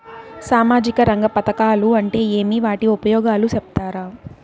సామాజిక రంగ పథకాలు అంటే ఏమి? వాటి ఉపయోగాలు సెప్తారా?